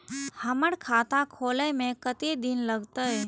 हमर खाता खोले में कतेक दिन लगते?